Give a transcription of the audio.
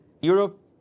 Europe